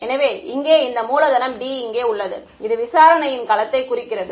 எனவே இங்கே இந்த மூலதனம் D இங்கே உள்ளது இது விசாரணையின் களத்தை குறிக்கிறது